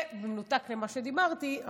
זה במנותק ממה שדיברתי,